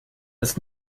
ist